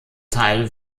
teil